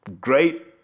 great